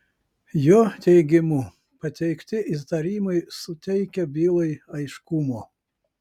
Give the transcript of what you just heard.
jo teigimu pateikti įtarimai suteikia bylai aiškumo